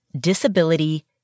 disability